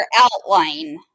outline